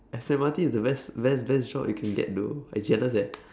S_M_R_T is the best best best job you can get though I jealous eh